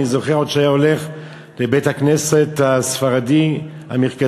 אני זוכר עוד שהיה הולך לבית-הכנסת הספרדי המרכזי,